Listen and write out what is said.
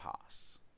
pass